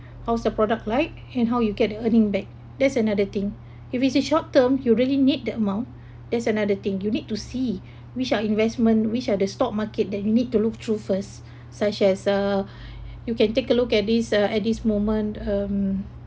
how's the product like and how you get the earning back that's another thing if is a short term you really need the amount is another thing you need to see which are investment which are the stock market that you need to look through first such as uh you can take a look at this uh at this moment um